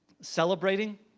celebrating